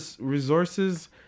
resources